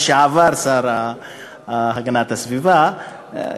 לשעבר השר להגנת הסביבה,